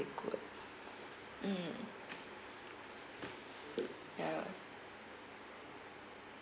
good mm ya